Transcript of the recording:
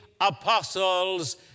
apostles